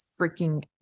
freaking